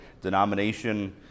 denomination